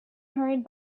hurried